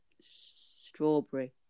strawberry